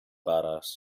badass